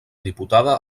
diputada